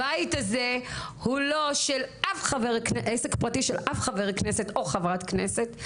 הבית הזה הוא לא עסק פרטי של אף חבר כנסת או חבר חברת כנסת.